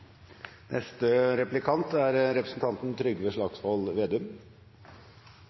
Neste replikant er representanten